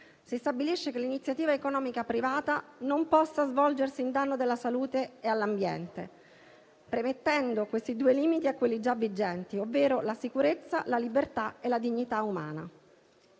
si stabilisce che l'iniziativa economica privata non possa svolgersi in danno alla salute e all'ambiente, premettendo questi due limiti a quelli già vigenti, ovvero la sicurezza, la libertà e la dignità umana.